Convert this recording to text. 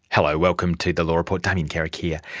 hello, welcome to the law report, damien carrick here.